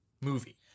movie